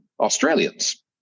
Australians